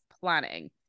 planning